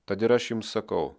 tad ir aš jums sakau